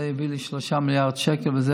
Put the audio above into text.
זה יביא 3 מיליארד שקל, וזה